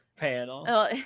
panel